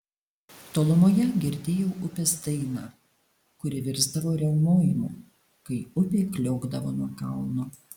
tolumoje girdėjau upės dainą kuri virsdavo riaumojimu kai upė kliokdavo nuo kalno